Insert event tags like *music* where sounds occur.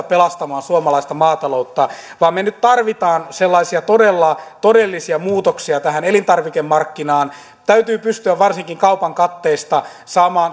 *unintelligible* pelastamaan suomalaista maataloutta vaan me nyt tarvitsemme sellaisia todella todellisia muutoksia tähän elintarvikemarkkinaan täytyy pystyä varsinkin kaupan katteista saamaan *unintelligible*